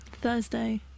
Thursday